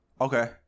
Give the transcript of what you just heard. Okay